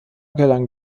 gelang